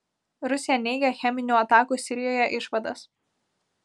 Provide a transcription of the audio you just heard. rusija neigia cheminių atakų sirijoje išvadas